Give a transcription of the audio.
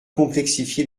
complexifier